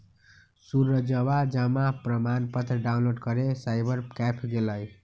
सूरजवा जमा प्रमाण पत्र डाउनलोड करे साइबर कैफे गैलय